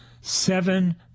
seven